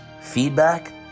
feedback